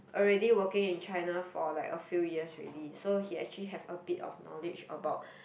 already working in China for like a few years already so he actually have a bit of knowledge about